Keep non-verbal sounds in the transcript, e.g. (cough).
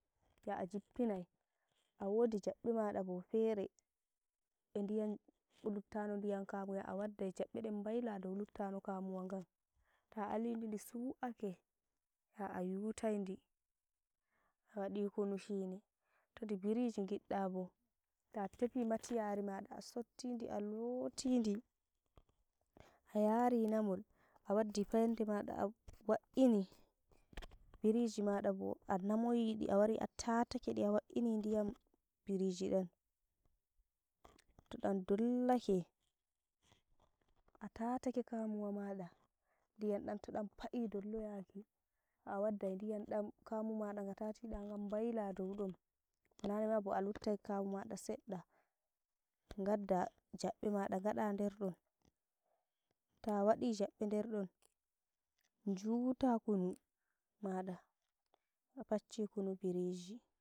Ya a jippinai, awodi jaɓɓe maa bo fere, e ndiyam luttano ndiyam kamu yo a waddai jaɓɓe den baila dow luttano kamuwa gan, ta ali lidi ndi suu'ake ya ayutaidi, a wadi kunu shini, To ndi biriji ngidda bo, a tefi matiyari (noise) ma a sotti ndi a looti ndi a yari namol, a waɗɗi fayande maɗe a wa'ini (noise) biriji maɗa bo anamoyi ndi a wari a tatakedi, a wa'ini ndiyam biriji dam, to dam dollake, a tatake kamuwa mada ndiyam dam to dam fa'i dolloyaki yo a waɗɗai ndiyam dam kamu maɗa nga tatida gan baila dow don. Nanema bo aluttai kamu maɗa seɗɗa, ngadda jaɓɓe maɗa ngadda nder don ta waɗi jaɓɓe nder don juuta kunu maɗa a facci kunu biriji.